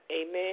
Amen